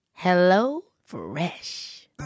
HelloFresh